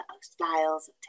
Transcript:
styles